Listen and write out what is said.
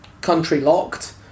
country-locked